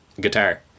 guitar